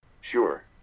Sure